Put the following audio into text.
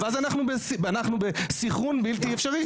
ואז אנחנו בסנכרון בלתי אפשרי.